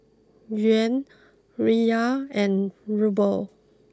Yuan Riyal and Ruble